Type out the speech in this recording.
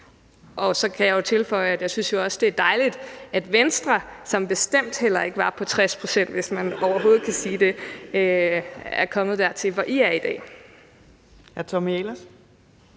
Så kan jeg jo tilføje, at jeg synes, at det er dejligt, at Venstre – som bestemt heller ikke var på 60 pct., hvis man overhovedet kan sige det – er kommet dertil, hvor I er i dag.